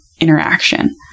interaction